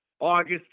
August